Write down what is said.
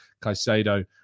Caicedo